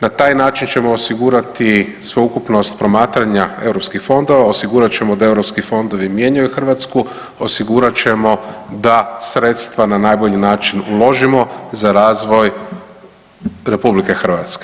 Na taj način ćemo osigurati sveukupnost promatranja europskih fondova, osigurat ćemo da europski fondovi mijenjaju Hrvatsku, osigurat ćemo da sredstva na najbolji način uložimo za razvoj RH.